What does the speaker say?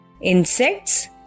Insects